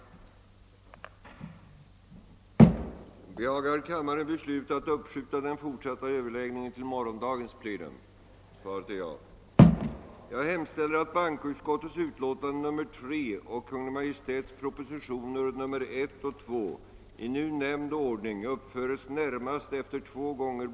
Som tiden nu var långt framskriden och flera talare anmält sig för yttrandes avgivande, beslöt kammaren på herr talmannens förslag att uppskjuta den fortsatta överläggningen till morgondagens plenum.